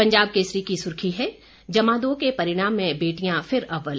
पंजाब केसरी की सुर्खी है जमा दो के परिणाम में बेटियां फिर अव्वल